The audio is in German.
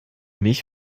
mich